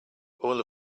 all